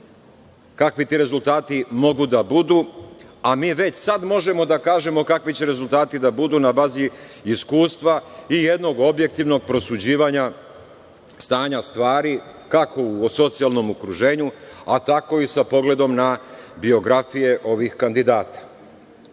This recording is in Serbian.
kakvi ti rezultati mogu da budu, a mi već sada možemo da kažemo kakvi će rezultati da budu na bazi iskustva i jednog objektivnog prosuđivanja stanja stvari kako u socijalnom okruženju, a tako i sa pogledom na biografije ovih kandidata. Naravno,